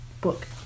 book